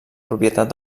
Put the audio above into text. propietat